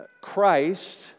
Christ